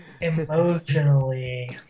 emotionally